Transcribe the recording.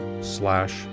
slash